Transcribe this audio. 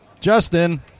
Justin